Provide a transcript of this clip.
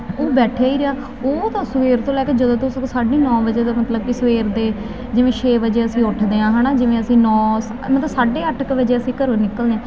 ਉਹ ਬੈਠਾ ਹੀ ਰਿਹਾ ਉਹ ਤਾਂ ਸਵੇਰ ਤੋਂ ਲੈ ਕੇ ਜਦੋਂ ਤੱਕ ਸਾਢੇ ਨੌ ਵਜੇ ਦਾ ਮਤਲਬ ਕਿ ਸਵੇਰ ਦੇ ਜਿਵੇਂ ਛੇ ਵਜੇ ਅਸੀਂ ਉੱਠਦੇ ਹਾਂ ਹੈ ਨਾ ਜਿਵੇਂ ਅਸੀਂ ਨੌ ਮਤਲਬ ਸਾਢੇ ਅੱਠ ਕੁ ਵਜੇ ਅਸੀਂ ਘਰੋਂ ਨਿਕਲਦੇ ਹਾਂ